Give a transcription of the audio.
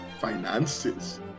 finances